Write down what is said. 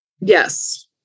Yes